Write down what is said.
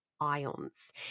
Ions